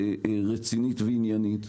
רצינית ועניינית,